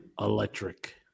electric